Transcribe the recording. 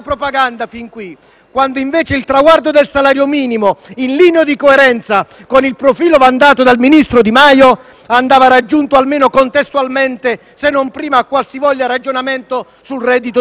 quando invece il traguardo del salario minimo, in linea di coerenza con il profilo vantato dal ministro Di Maio, andava raggiunto almeno contestualmente, se non prima, di qualsivoglia ragionamento sul reddito di cittadinanza.